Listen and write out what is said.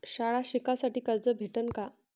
शाळा शिकासाठी कर्ज भेटन का?